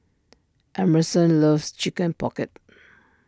Emerson loves Chicken Pocket